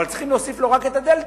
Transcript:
אבל צריכים להוסיף לו רק את הדלתא.